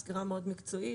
סקירה מאוד מקצועית,